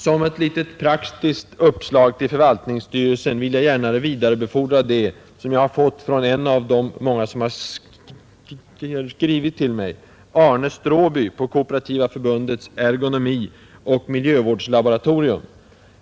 Som ett litet praktiskt uppslag till förvaltningsstyrelsen vill jag gärna vidarebefordra det som jag fått från en av de många som har skrivit till mig — Arne Stråby på Kooperativa förbundets ergonomioch miljövårdslaboratorium.